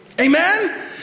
Amen